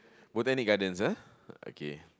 Botanic Gardens ah okay